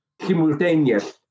simultaneous